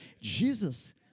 Jesus